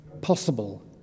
possible